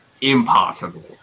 impossible